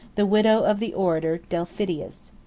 the widow of the orator delphidius.